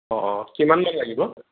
অ' অ' কিমান মান লাগিব